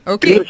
Okay